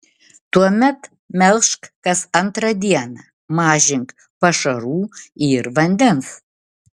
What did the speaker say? tuomet melžk kas antrą dieną mažink pašarų ir vandens